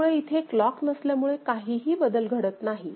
त्यामुळे इथे क्लॉक नसल्यामुळे काहीही बदल घडत नाही